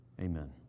amen